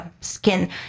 skin